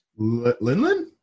linlin